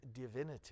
divinity